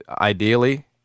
Ideally